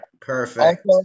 perfect